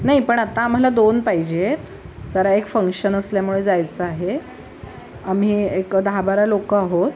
नाही पण आत्ता आम्हाला दोन पाहिजेत जरा एक फंक्शन असल्यामुळे जायचं आहे आम्ही एक दहा बारा लोक आहोत